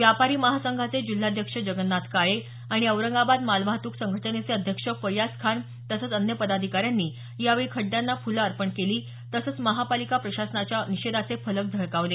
व्यापारी महासंघाचे जिल्हाध्यक्ष जगन्नाथ काळे आणि औरंगाबाद मालवाहतूक संघटनेचे अध्यक्ष फय्याज खान तसंच अन्य पदाधिकाऱ्यांनी यावेळी खड्यांना फुलं अर्पण केली तसंच महापालिका प्रशासनाच्या निषेधाचे फलक झळकावले